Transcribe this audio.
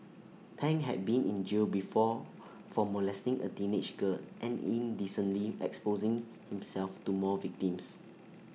Tang had been in jail before for molesting A teenage girl and indecently exposing himself to more victims